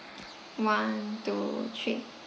one two three